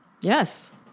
Yes